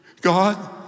God